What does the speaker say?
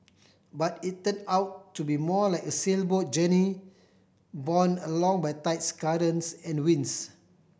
but it turned out to be more like a sailboat journey borne along by tides currents and winds